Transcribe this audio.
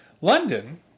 London